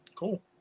Cool